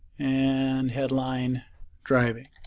and headline driving